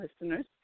listeners